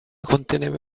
conteneva